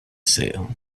sail